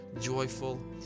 joyful